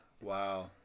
Wow